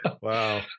Wow